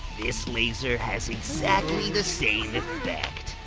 this laser has exactly the same effect.